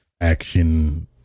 action